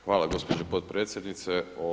Hvala gospođo potpredsjednice.